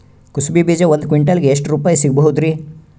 ಕುಸಬಿ ಬೀಜ ಒಂದ್ ಕ್ವಿಂಟಾಲ್ ಗೆ ಎಷ್ಟುರುಪಾಯಿ ಸಿಗಬಹುದುರೀ?